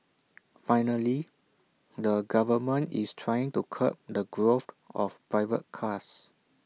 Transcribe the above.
finally the government is trying to curb the growth of private cars